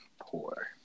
poor